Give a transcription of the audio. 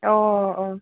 अ अ